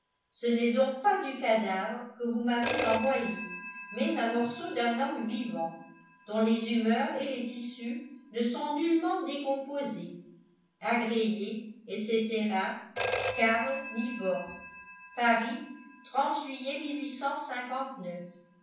ce n'est donc pas du cadavre que vous m'avez envoyé mais un morceau d'un homme vivant dont les humeurs et les tissus ne sont nullement décomposés agréez etc karl nibor paris juillet